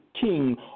king